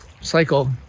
cycle